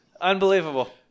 Unbelievable